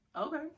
Okay